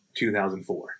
2004